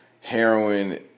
heroin